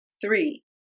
three